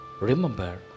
remember